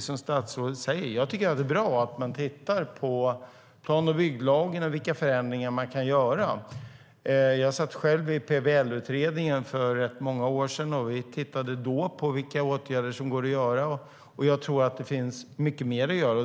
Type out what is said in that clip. Som statsrådet säger tycker jag att det är bra att man tittar på plan och bygglagen och vilka förändringar man kan göra. Jag satt själv i PBL-utredningen för rätt många år sedan, och vi tittade då på vilka åtgärder som går att göra. Jag tror att det finns mycket mer att göra.